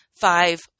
five